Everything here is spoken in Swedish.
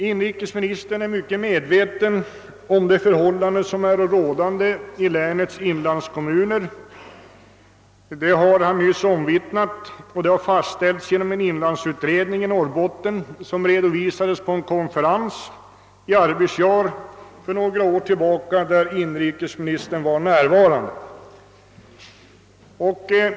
Inrikesministern är mycket väl medveten om de förhållanden som råder i länets inlandskommuner — det har han nyss omvittnat. Förhållandena har redovisats av inlandsutredningen, vars förslag för några år sedan presenterades på en konferens i Arvidsjaur där inrikesministern var närvarande.